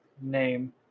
name